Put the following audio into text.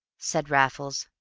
said raffles.